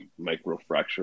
Microfracture